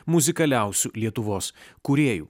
muzikaliausių lietuvos kūrėjų